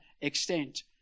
extent